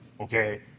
Okay